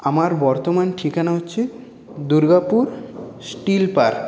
আমার বর্তমান ঠিকানা হচ্ছে দুর্গাপুর স্টিল পার্ক